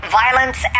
violence